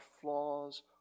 flaws